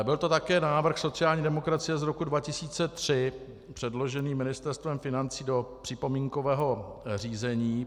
Byl to také návrh sociální demokracie z roku 2003, předložený Ministerstvem financí do připomínkového řízení.